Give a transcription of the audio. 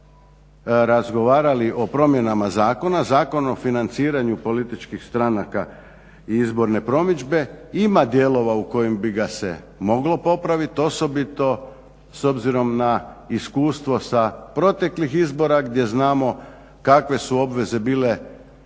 pak razgovarali o promjenama zakona, Zakon o financiranju političkih stranaka i izborne promidžbe ima dijelova u kojem bi ga se moglo popraviti, osobito s obzirom na iskustvo sa proteklih izbora gdje znamo kakve su obveze bile